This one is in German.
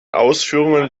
ausführungen